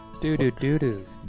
Doo-doo-doo-doo